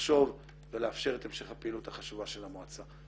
לחשוב ולאפשר את המשך הפעילות החשובה של המועצה.